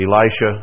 Elisha